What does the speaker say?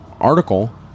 article